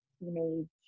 teenage